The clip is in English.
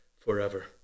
forever